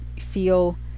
feel